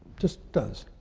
just does.